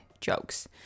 jokes